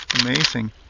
Amazing